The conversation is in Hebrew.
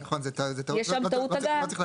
יש שם טעות הגהה.